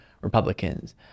Republicans